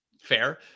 Fair